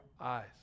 eyes